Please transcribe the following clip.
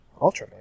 Ultraman